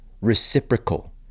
reciprocal